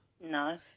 No